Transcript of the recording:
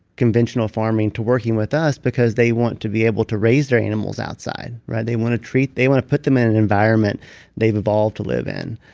conventional farming to working with us, because they want to be able to raise their animals outside. they want to treat. they want to put them in an environment they've evolved to live in,